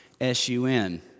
S-U-N